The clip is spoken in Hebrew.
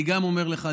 אני גם אומר לך,